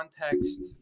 context